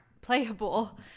playable